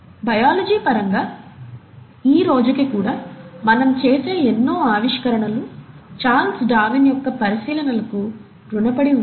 biology పరంగా ఈ రోజుకి కూడా మన చేసే ఎన్నో ఆవిష్కరణలు చార్లెస్ డార్విన్ యొక్క పరిశీలనలకు రుణపడి ఉన్నాయి